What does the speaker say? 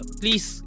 please